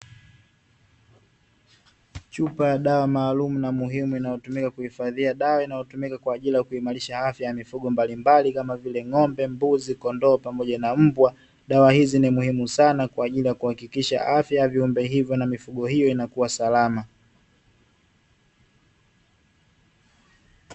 Chupa ya dawa maalumu na muhimu inayotumika kuhifadhia dawa inayotumika kwa ajili ya kuimarisha afya ya mifugo mbalimbali kama vile ng'ombe, mbuzi, kondoo pamoja na mbwa. Dawa hizi ni muhimu sana kwa ajili ya kuhakikisha afya ya viumbe hivo na mifugo hio inakuwa salama.